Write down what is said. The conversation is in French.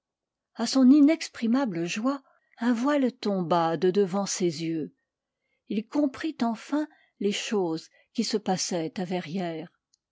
a son inexprimable joie un voile tomba de devant ses yeux il comprit enfin les choses qui se passaient à verrières